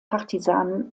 partisanen